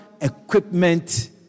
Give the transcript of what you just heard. Equipment